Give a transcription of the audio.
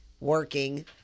working